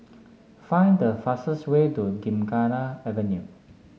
find the fastest way to Gymkhana Avenue